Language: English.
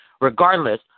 regardless